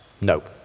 Nope